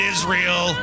Israel